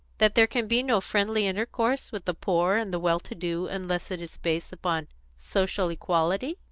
that there can be no friendly intercourse with the poor and the well-to-do unless it is based upon social equality?